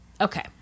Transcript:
okay